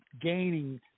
gaining